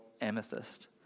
amethyst